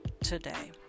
today